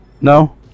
No